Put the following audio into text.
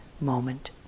moment